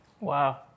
Wow